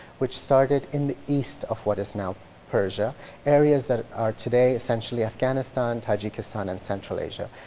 which started in the east of what is now persia areas that are today essentially afghanistan, tajikistan, and central asia.